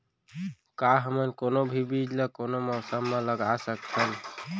का हमन कोनो भी बीज ला कोनो मौसम म लगा सकथन?